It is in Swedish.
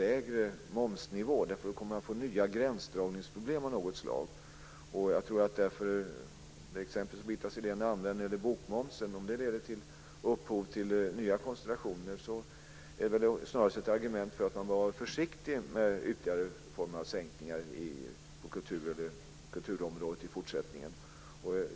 Då kommer man att få nya gränsdragningsproblem. Birgitta Sellén använder ett exempel som gäller bokmomsen. Om det ger upphov till nya konstellationer är det snarast ett argument för att man bör vara försiktig med ytterligare momssänkningar på kulturområdet.